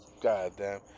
Goddamn